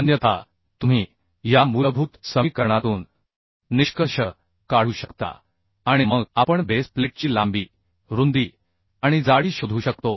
अन्यथा तुम्ही या मूलभूत समीकरणातून निष्कर्ष काढू शकता आणि मग आपण बेस प्लेटची लांबी रुंदी आणि जाडी शोधू शकतो